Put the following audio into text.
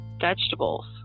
vegetables